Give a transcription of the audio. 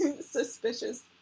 suspicious